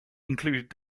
included